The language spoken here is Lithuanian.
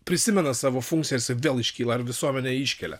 prisimena savo funkcijas ir vėl iškyla ar visuomenė iškelia